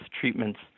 treatments